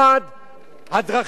הדרכים שלכם,